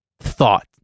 thought